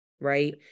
Right